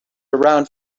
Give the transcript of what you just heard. around